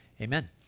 Amen